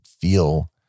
feel